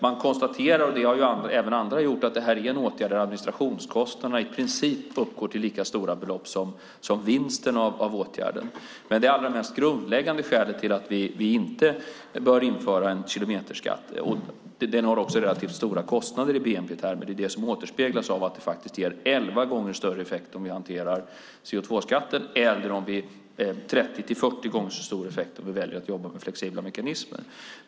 Man konstaterar, och det har även andra gjort, att detta är en åtgärd där administrationskostnaderna i princip uppgår till lika stora belopp som vinsten av åtgärden. Det allra mest grundläggande skälet till att vi inte bör införa en kilometerskatt, som också har relativt stora kostnader i bnp-termer, är det som återspeglas av att det har elva gånger större effekt om vi hanterar CO2-skatter eller 30-40 gånger så stor effekt om vi väljer att jobba med flexibla mekanismer.